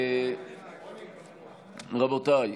רבותיי,